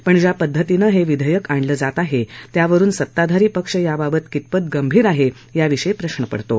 पण ज्या पद्धतीनं हे विधेयक आणलं जात आहे त्यावरुन सत्ताधारी पक्ष याबाबत कितपत गंभीर आहे याविषयी प्रश्न पडतो